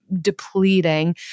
depleting